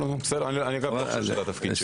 אגב אני לא חושב שזה תפקידי.